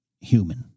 human